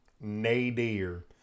nadir